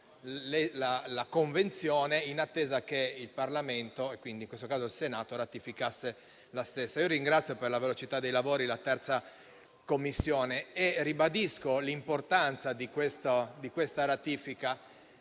la Convenzione in attesa che il Parlamento - in questo caso il Senato - ratificasse la stessa. Ringrazio per la velocità dei lavori la 3a Commissione e ribadisco l'importanza di questa ratifica,